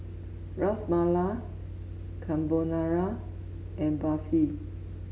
Ras Malai Carbonara and Barfi